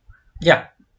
ya